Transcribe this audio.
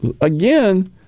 again